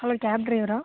hello cab டிரைவரா